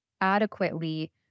adequately